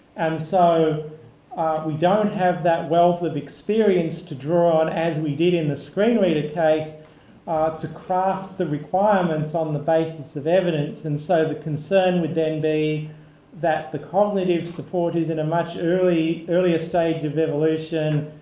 and so we don't have that wealth of experience to draw on as we did in the screen reader case to craft the requirements on the basis of evidence. and so the concern would then be that the cognitive support is in a much earlier stage of evolution